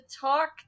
talk